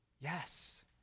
yes